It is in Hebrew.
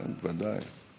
ודאי.